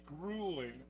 grueling